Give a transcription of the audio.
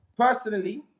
Personally